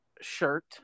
shirt